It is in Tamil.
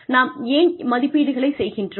நாம் ஏன் மதிப்பீடுகளை செய்கின்றோம்